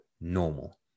normal